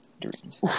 Dreams